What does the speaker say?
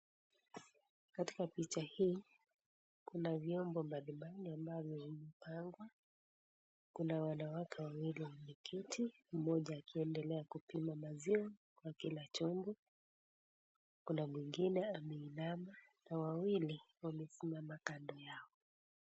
Katika picha hii kuna vyombo mbalimbali ambavyo vimepangwa, kuna wanawake wawili wameketi mmoja akiendelea kupima maziwa kwa kila chombo, kuna mwingine ameinama na wawili wamesimama kando yao.